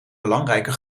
belangrijke